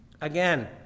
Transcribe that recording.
Again